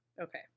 Okay